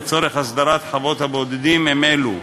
לצורך הסדרת חוות בודדים הם אלו: